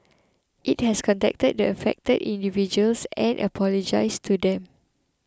it has contacted the affected individuals and apologised to them